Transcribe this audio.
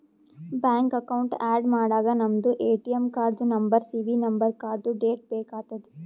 bank account add ಮಾಡಾಗ ನಮ್ದು ATM ಕಾರ್ಡ್ದು ನಂಬರ್ ಸಿ.ವಿ ನಂಬರ್ ಕಾರ್ಡ್ದು ಡೇಟ್ ಬೇಕ್ ಆತದ್